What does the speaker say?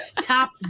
top